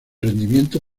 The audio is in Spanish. rendimiento